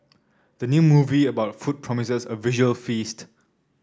the new movie about food promises a visual feast